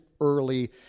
early